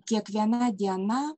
kiekviena diena